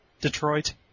Detroit